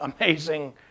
amazing